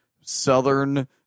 southern